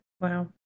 Wow